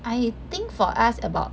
I think for us about